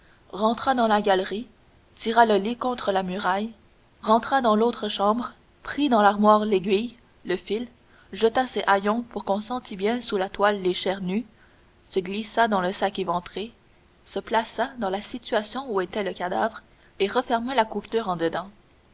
rentra dans la galerie tira le lit contre la muraille rentra dans l'autre chambre prit dans l'armoire l'aiguille le fil jeta ses haillons pour qu'on sentît bien sous la toile les chairs nues se glissa dans le sac éventré se plaça dans la situation où était le cadavre et referma la couture en dedans